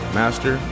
master